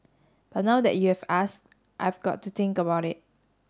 but now that you have ask I've got to think about it